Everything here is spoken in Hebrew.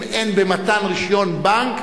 אם אין במתן רשיון בנק